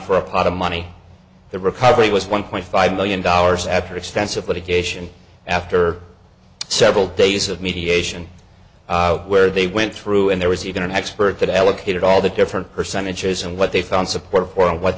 for a pot of money the recovery was one point five million dollars after extensive litigation after several days of mediation where they went through and there was even an expert that allocated all the different percentages and what they found support for